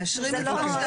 זה אין, אי אפשר.